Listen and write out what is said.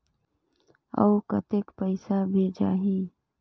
अउ कतेक पइसा भेजाही?